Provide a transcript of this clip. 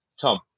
Tom